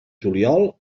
juliol